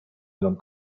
enam